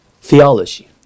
theology